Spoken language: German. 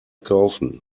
kaufen